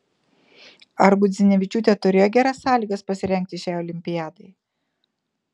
ar gudzinevičiūtė turėjo geras sąlygas pasirengti šiai olimpiadai